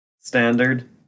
Standard